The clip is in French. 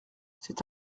c’est